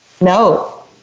No